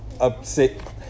upset